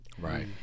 right